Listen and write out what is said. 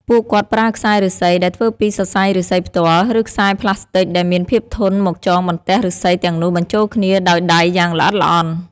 ពួកគាត់ប្រើខ្សែឫស្សី ដែលធ្វើពីសរសៃឫស្សីផ្ទាល់ ឬខ្សែប្លាស្ទិកដែលមានភាពធន់មកចងបន្ទះឫស្សីទាំងនោះបញ្ចូលគ្នាដោយដៃយ៉ាងល្អិតល្អន់។